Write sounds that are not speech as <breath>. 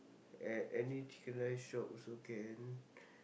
at any chicken-rice shop also can <breath>